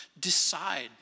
Decide